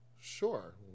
sure